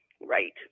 Right